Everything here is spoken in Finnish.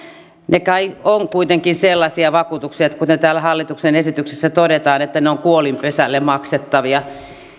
kai ovat kuitenkin sellaisia vakuutuksia kuten täällä hallituksen esityksessä todetaan että ne ovat kuolinpesälle maksettavia